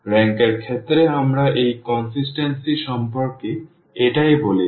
rank এর ক্ষেত্রে আমরা এই ধারাবাহিকতা সম্পর্কে এটাই বলেছি